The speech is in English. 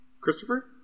christopher